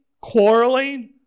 quarreling